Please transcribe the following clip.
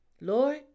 Lord